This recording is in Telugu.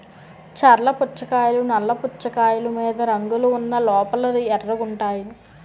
చర్ల పుచ్చకాయలు నల్ల పుచ్చకాయలు మీద రంగులు ఉన్న లోపల ఎర్రగుంటాయి